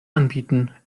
anbieten